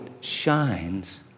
shines